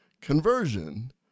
conversion